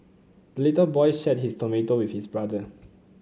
the little boy shared his tomato with his brother